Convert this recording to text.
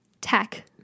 tech